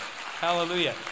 hallelujah